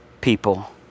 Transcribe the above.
people